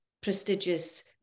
prestigious